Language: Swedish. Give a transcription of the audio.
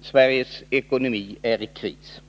Sveriges ekonomi är i kris.